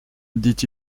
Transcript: dit